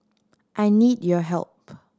I need your help